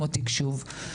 כמו תקשוב.